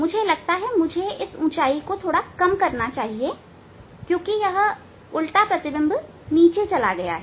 मुझे लगता है कि मुझे ऊंचाई को थोड़ा कम करना चाहिए क्योंकि यह उल्टा प्रतिबिंब नीचे चला गया है